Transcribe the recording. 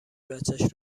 بچش